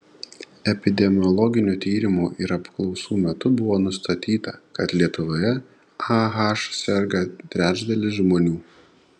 epidemiologinių tyrimų ir apklausų metu buvo nustatyta kad lietuvoje ah serga trečdalis žmonių